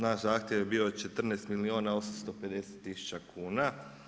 Naš zahtjev je bio 14 milijuna 850 tisuća kuna.